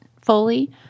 fully